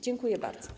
Dziękuję bardzo.